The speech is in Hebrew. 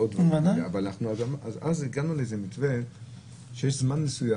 אז הגענו למתווה לפיו יש זמן מסוים.